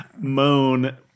moan